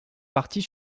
partie